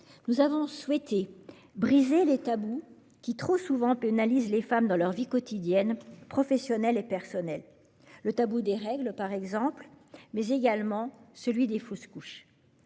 Nous avons souhaité briser les tabous qui, trop souvent, pénalisent les femmes dans leur vie quotidienne, professionnelle et personnelle : le tabou des règles, par exemple, mais également celui des fausses couches.